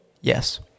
Yes